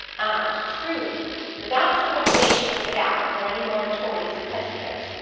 and truly without the reservation of a gown or any meritorious petticoat,